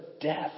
death